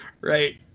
Right